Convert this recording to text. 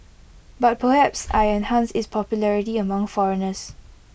but perhaps I enhanced its popularity among foreigners